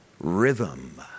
rhythm